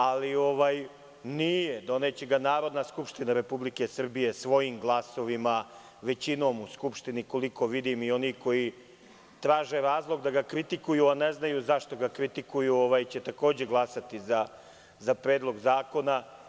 Ali, nije, doneće ga Narodna Skupština Republike Srbije, svojim glasovima, većinom u Skupštini, koliko vidim, i oni koji traže razlog da ga kritikuju, a ne znaju zašto ga kritikuju, će takođe glasati za Predlog zakona.